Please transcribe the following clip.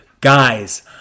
Guys